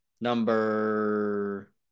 number –